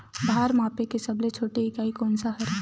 भार मापे के सबले छोटे इकाई कोन सा हरे?